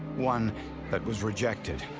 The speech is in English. one that was rejected.